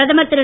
பிரதமர் திரு